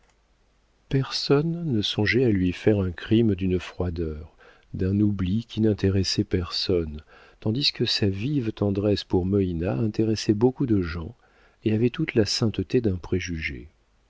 personne ne songeait à lui faire un crime d'une froideur d'un oubli qui n'intéressaient personne tandis que sa vive tendresse pour moïna intéressait beaucoup de gens et avait toute la sainteté d'un préjugé